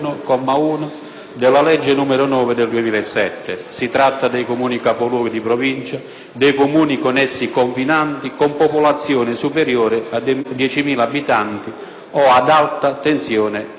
della legge n. 9 del 2007. Si tratta dei Comuni capoluogo di Provincia, dei Comuni con essi confinanti con popolazione superiore a 10.000 abitanti o ad alta tensione abitativa.